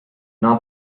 not